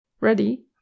Ready